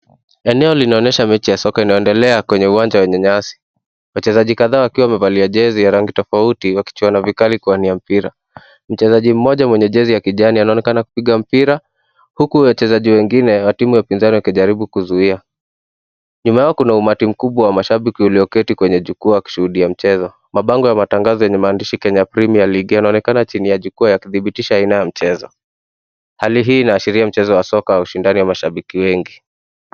Eneo linaonyesha mechi ya soka inayoendekea kwenye uwanja wenye nyasi . Wachezaji kadhaa wakiwa wamevalia jezi ya rangi tofauti wakichuana vikali kuwania mpira . Mchezaji mmoja mwenye jezi ya kijani anaonekana kupiga mpira ,huku wachezaji wengi watimu ya upinzani wakijaribu kuzuia . Nyuma yao Kuna umati mkumbwa wa mashambiki walio keti kwenye jukwaa wakishuudia mchezo. Mabango ya matangazo yenye maandishi ya Kenya Premium League, yanaoneka nyuma ya jukwaa yakidhibitisha aina ya mchezo .Hali hii inaashiria mchezo wa soka waushidani wamashambiki wengi.